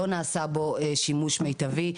לא נעשה בו שימוש מיטבי.